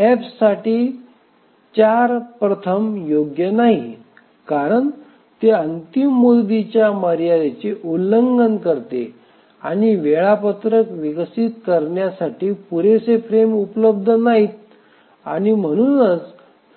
F साठी 4 प्रथम योग्य नाही कारण ते अंतिम मुदतीच्या मर्यादेचे उल्लंघन करते आणि वेळापत्रक विकसित करण्यासाठी पुरेसे फ्रेम उपलब्ध नाहीत आणि म्हणूनच